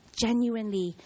genuinely